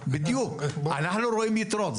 כן, בדיוק, אנחנו רואים יתרות.